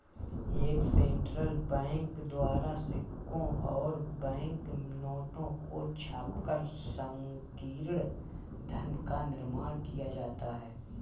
एक central bank द्वारा सिक्कों और बैंक नोटों को छापकर संकीर्ण धन का निर्माण किया जाता है